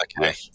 Okay